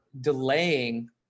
delaying